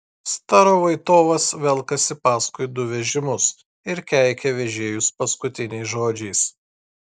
starovoitovas velkasi paskui du vežimus ir keikia vežėjus paskutiniais žodžiais